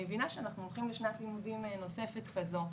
מבינה שאנחנו הולכים לשנת לימודים נוספת כזאת,